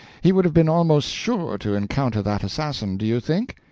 he would have been almost sure to encounter that assassin, do you think?